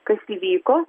kas įvyko